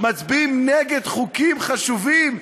מצביעים נגד חוקים חשובים,